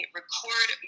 record